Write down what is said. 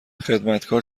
خدمتکار